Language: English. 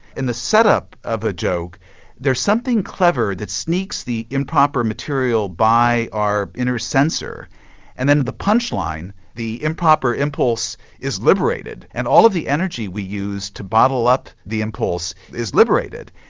in the set-up of a joke there's something clever that sneaks the improper material by our inner sensor and then at the punch line, the improper impulse is liberated and all of the energy we use to bottle up the impulse is liberated.